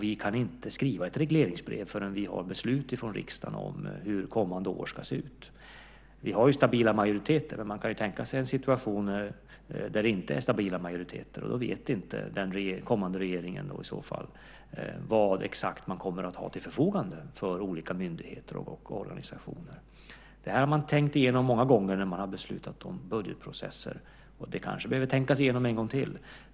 Vi kan inte skriva ett regleringsbrev förrän vi har beslut från riksdagen om hur kommande år ska se ut. Vi har ju stabila majoriteter, men man kan tänka sig en situation där det inte är stabila majoriteter. Då vet inte den kommande regeringen, i så fall, vad exakt man kommer att ha till förfogande för olika myndigheter och organisationer. Det här har man tänkt igenom många gånger när man har beslutat om budgetprocessen. Det kanske behöver tänkas igenom en gång till.